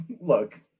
look